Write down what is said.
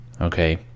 Okay